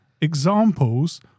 examples